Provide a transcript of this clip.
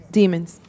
demons